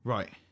Right